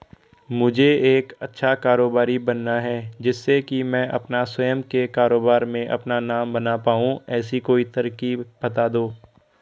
मुझे एक अच्छा कारोबारी बनना है जिससे कि मैं अपना स्वयं के कारोबार में अपना नाम बना पाऊं ऐसी कोई तरकीब पता दो?